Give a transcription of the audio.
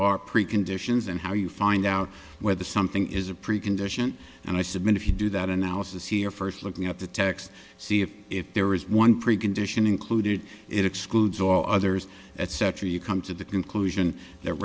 are preconditions and how you find out whether something is a precondition and i submit if you do that analysis here first looking at the text see if if there is one precondition included it excludes all others etc you come to the conclusion that